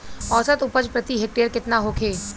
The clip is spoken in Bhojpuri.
औसत उपज प्रति हेक्टेयर केतना होखे?